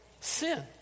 sin